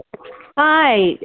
Hi